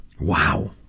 Wow